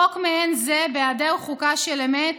חוק מעין זה, בהיעדר חוקה של אמת,